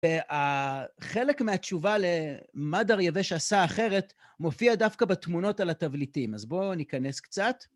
וחלק מהתשובה למה דריווש עשה אחרת, מופיע דווקא בתמונות על הטבליטים. אז בואו ניכנס קצת.